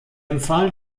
empfahl